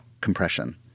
compression